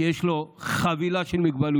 כי יש לו חבילה של מוגבלויות